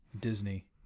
Disney